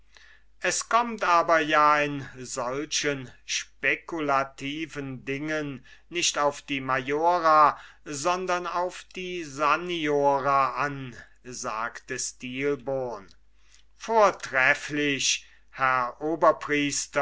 es kommt aber ja in solchen speculativen dingen nicht auf die majora sondern auf die saniora an sagte stilbon vortrefflich herr